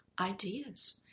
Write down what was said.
ideas